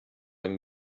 and